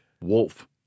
Wolf